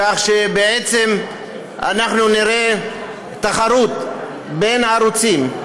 כך שבעצם אנחנו נראה תחרות בין ערוצים,